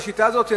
ובשיטה הזאת,